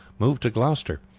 moved to gloucester,